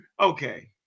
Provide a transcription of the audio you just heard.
okay